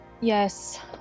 Yes